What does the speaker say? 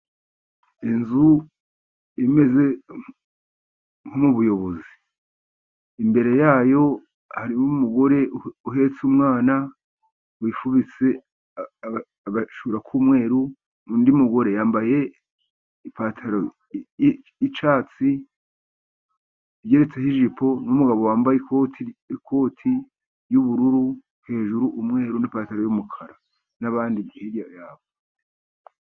Inzu imeze nk'ubuyobozi. Imbere ya yo hariho umugore uhetse umwana, wifubitse agashura k'umweru, undi mugore yambaye ipataro y'icyatsi, igeretseho ijipo, n'umugabo wambaye ikoti, ikoti ry'ubururu, hejuru umweru, n'ipataro y'umukara. N'abandi hirya ya bo.